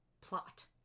plot